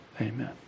Amen